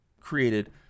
created